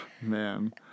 Man